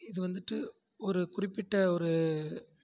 இது வந்துட்டு ஒரு குறிப்பிட்ட ஒரு